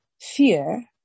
fear